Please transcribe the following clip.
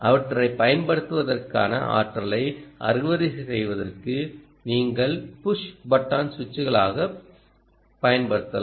அவற்றைப் பயன்படுத்துவதற்கான ஆற்றலை அறுவடை செய்வதற்கு நீங்கள் புஷ் பொத்தான் சுவிட்சுகளாகபயன்படுத்தலாம்